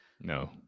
No